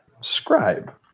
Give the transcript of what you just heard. Scribe